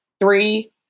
three